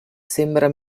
sembra